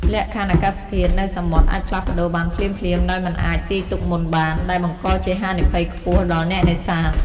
លក្ខខណ្ឌអាកាសធាតុនៅសមុទ្រអាចផ្លាស់ប្តូរបានភ្លាមៗដោយមិនអាចទាយទុកមុនបាន ដែលបង្កជាហានិភ័យខ្ពស់ដល់អ្នកនេសាទ។